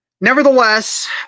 nevertheless